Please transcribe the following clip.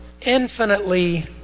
infinitely